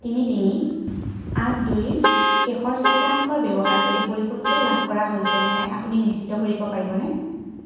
তিনি তিনি আঠ দুইৰ শেষৰ চাৰিটা অংক ব্যৱহাৰ কৰি পৰিশোধটো লাভ কৰা হৈছেনে নাই আপুনি নিশ্চিত কৰিব পাৰিবনে